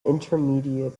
intermediate